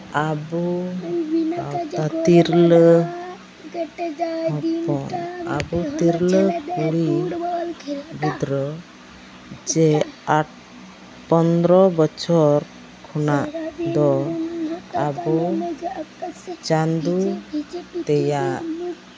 ᱟᱵᱚ ᱛᱤᱨᱞᱟᱹ ᱦᱚᱯᱚᱱ ᱟᱵᱚ ᱛᱤᱨᱞᱟᱹ ᱠᱩᱲᱤ ᱜᱤᱫᱽᱨᱟᱹ ᱡᱮ ᱟᱴ ᱯᱚᱱᱨᱚ ᱵᱚᱪᱷᱚᱨ ᱠᱷᱚᱱᱟᱜ ᱫᱚ ᱟᱵᱳ ᱪᱟᱸᱫᱳ ᱛᱮᱭᱟᱜ